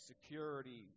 security